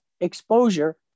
exposure